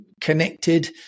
connected